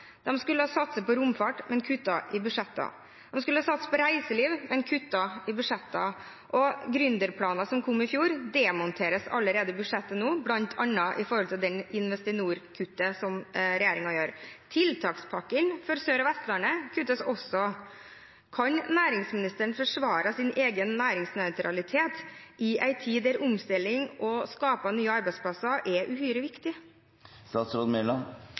skulle satse på romfart, men kuttet i budsjettene. De skulle satse på reiseliv, men kuttet i budsjettene. Gründerplaner som kom i fjor, demonteres allerede i budsjettet nå, bl.a. når det gjelder det Investinor-kuttet som regjeringen gjør. Tiltakspakken for Sør- og Vestlandet kuttes også. Kan næringsministeren forsvare sin egen næringsnøytralitet i en tid der omstilling og det å skape nye arbeidsplasser er uhyre